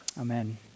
Amen